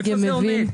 איפה זה עומד?